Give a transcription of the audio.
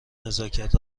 نزاکت